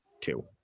two